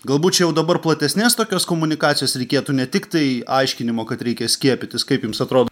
galbūt čia jau dabar platesnės tokios komunikacijos reikėtų ne tik tai aiškinimo kad reikia skiepytis kaip jums atrodo